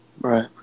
right